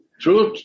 truth